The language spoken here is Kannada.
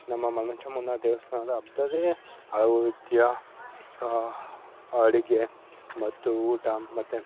ನಮ್ಮ ಮನಚಮ್ಮನ ದೇವಸ್ಥಾನದ ಹಬ್ದಲ್ಲಿ ಹಲವು ರೀತಿಯ ಅಡುಗೆ ಮತ್ತು ಊಟ ಮತ್ತೆ